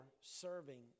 serving